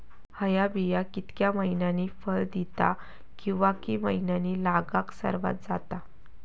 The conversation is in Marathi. हया बिया कितक्या मैन्यानी फळ दिता कीवा की मैन्यानी लागाक सर्वात जाता?